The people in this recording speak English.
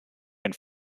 and